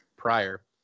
prior